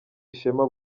ishema